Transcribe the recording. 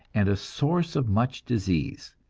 and a source of much disease.